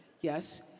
yes